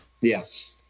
Yes